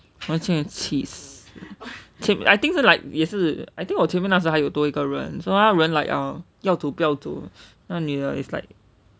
我差点气死前:wo cha dian qi si qianan I think 是 like 也是 I think 我前面那时还有多一个人:wo qianan mian na shi hai you duo yi ge ren so 那个人 like eh 要走不要走那个女的 is like